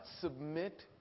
submit